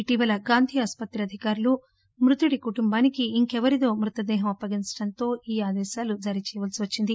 ఇటీవల గాంధీ ఆస్పత్రి అధికారులు మృతుడి కుటుంబానికి ఇంకెవరిదో మృతదేహం అప్పగించడంతో ఈ ఆదేశాలు జారీచేయవలసి వచ్చింది